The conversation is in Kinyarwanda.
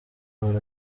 ahora